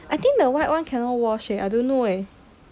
I think the white one cannot wash eh I don't know eh